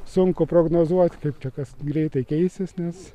sunku prognozuot kaip čia kas greitai keisis nes